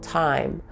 time